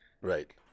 right